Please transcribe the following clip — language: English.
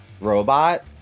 robot